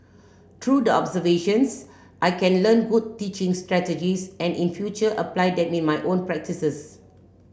through the observations I can learn good teaching strategies and in future apply them in my own practices